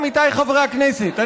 עמיתיי חברי הכנסת,